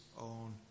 own